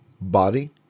body